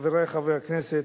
חברי חברי הכנסת,